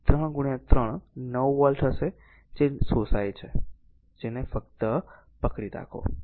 તેથી p 3 3 3 9 watt હશે જે શોષાય છે ફક્ત પકડી રાખો